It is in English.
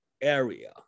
area